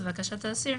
לבקשת האסיר,